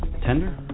Tender